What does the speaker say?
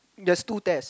there's two tests